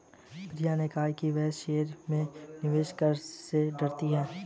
प्रियंका ने कहा कि वह शेयर में निवेश करने से डरती है